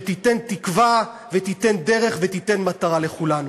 שתיתן תקווה, ותיתן דרך, ותיתן מטרה לכולנו.